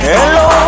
Hello